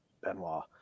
Benoit